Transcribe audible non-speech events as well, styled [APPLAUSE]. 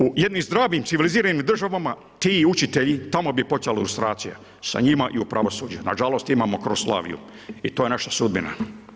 U jednim zdravim civiliziranim državama, ti učitelji, tamo bi počela ilustracija, sa njima i u pravosuđu, nažalost imao … [UNINTELLIGIBLE] i to je naša sudbina.